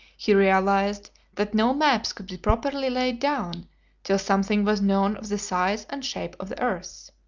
he realised that no maps could be properly laid down till something was known of the size and shape of the earth.